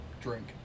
drink